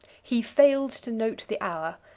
he failed to note the hour.